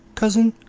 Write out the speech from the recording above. cousin,